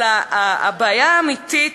אבל הבעיה האמיתית,